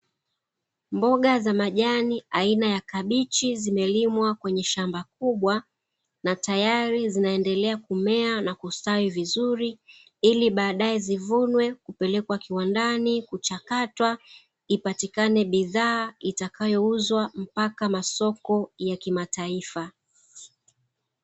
Mboga za majani aina ya kabichi, zimelimwa kwenye shamba kubwa na tayari zinaendelea kumea na kustawi vizuri ili baadae zivunwe kupelekwa kiwandani kuchakatwa, ipatikane bidhaa itakayouzwa mpaka masoko ya kimataifa.